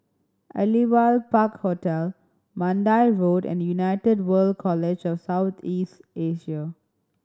Aliwal Park Hotel Mandai Road and United World College of South East Asia